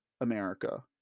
America